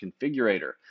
configurator